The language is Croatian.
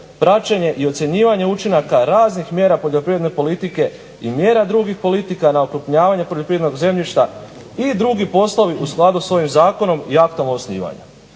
praćenje i ocjenjivanje učinaka raznih mjera poljoprivredne politike i mjera drugih politika na okrupnjavanje poljoprivrednog zemljišta i drugih poslovi u skladu s ovim zakonom i aktima osnivanja.